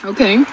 Okay